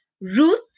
Ruth